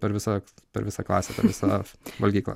per visą per visą klasę per visą valgyklą